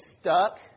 stuck